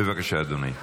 בבקשה, אדוני.